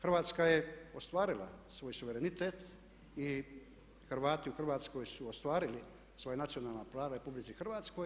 Hrvatska je ostvarila svoj suverenitet i Hrvati u Hrvatskoj su ostvarili svoja nacionalna prava u Republici Hrvatskoj.